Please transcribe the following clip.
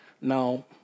Now